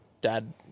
dad